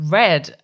red